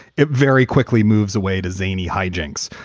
it very quickly moves away to zainy hijinx.